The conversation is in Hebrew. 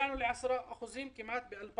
הגענו לכמעט 10% ב-2015,